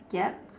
yup